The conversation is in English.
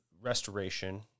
restoration